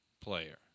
player